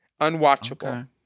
Unwatchable